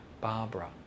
Barbara